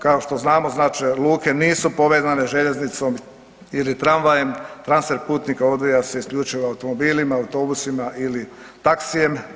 Kao što znamo, znači luke nisu povezane željeznicom ili tramvajem, transfer putnika odvija se isključivo automobilima, autobusima ili taksijem.